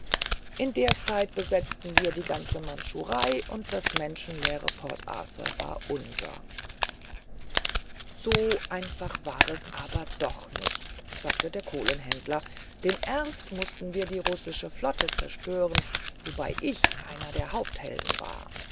in der zeit besetzten wir die ganze mandschurei und das soldatenleere port arthur war unser so einfach war es aber doch nicht sagte der kohlenhändler denn erst mußten wir die russische flotte zerstören wobei ich einer der haupthelden war